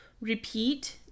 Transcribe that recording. repeat